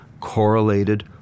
correlated